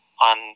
on